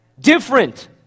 Different